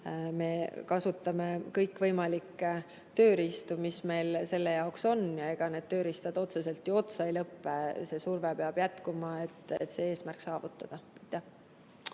me kasutame kõikvõimalikke tööriistu, mis meil selle jaoks on, ja ega need tööriistad otseselt otsa ei lõpe. See surve peab jätkuma, et see eesmärk saavutada.